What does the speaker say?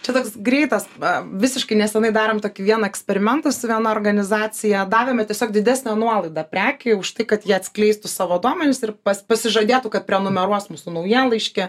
čia toks greitas a visiškai nesenai darėm tokį vieną eksperimentą su viena organizacija davėme tiesiog didesnę nuolaidą prekei už tai kad jie atskleistų savo duomenis ir pas pasižadėtų kad prenumeruos mūsų naujienlaiškį